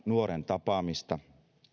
nuoren tapaamista